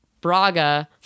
Braga